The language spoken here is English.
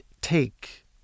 take